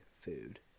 food